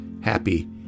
happy